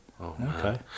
Okay